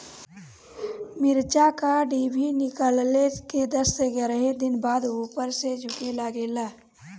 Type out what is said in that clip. मिरचा क डिभी निकलले के दस से एग्यारह दिन बाद उपर से झुके लागेला?